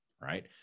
right